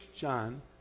John